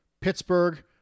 Pittsburgh